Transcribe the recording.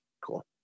Cool